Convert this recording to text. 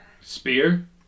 Spear